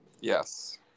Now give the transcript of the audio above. Yes